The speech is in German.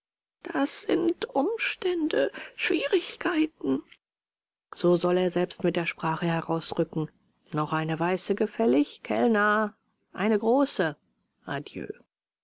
da sind umstände schwierigkeiten so soll er selbst mit der sprache herausrücken noch eine weiße gefällig kellner eine große adieu